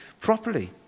properly